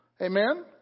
Amen